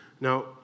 now